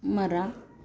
ಮರ